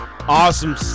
awesome